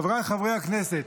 חבריי חברי הכנסת,